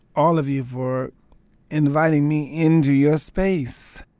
all of you for inviting me into your space.